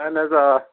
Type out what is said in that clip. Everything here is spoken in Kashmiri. اَہَن حظ آ